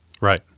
Right